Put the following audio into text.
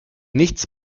nichts